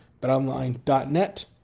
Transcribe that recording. betonline.net